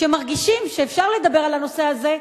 שמרגישים שאפשר לדבר על הנושא הזה,